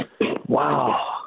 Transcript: Wow